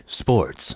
sports